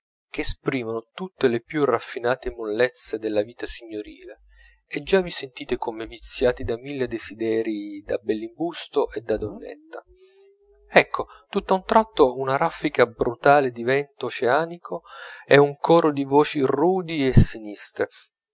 che esprimono tutte le più raffinate mollezze della vita signorile e già vi sentite come viziati da mille desiderii da bellimbusto e da donnetta ecco tutt'a un tratto una raffica brutale di vento oceanico e un coro di voci rudi e sinistre